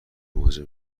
مواجه